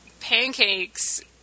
Pancakes